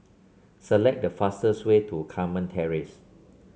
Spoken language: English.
select the fastest way to Carmen Terrace